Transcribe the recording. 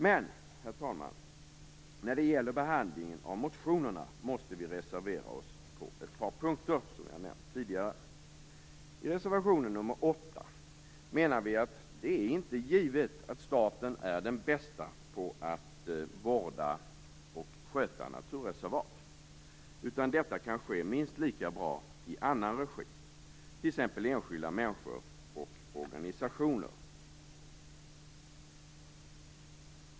Herr talman! När det gäller behandlingen av motionerna måste vi dock reservera oss på ett par punkter, som jag nämnde tidigare. I reservation nr 8 framför vi att det inte är givet att staten är den som är bäst på att sköta naturreservat. Det kan ske minst lika bra i annan regi, t.ex. av enskilda människor och organisationer.